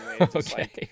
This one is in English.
Okay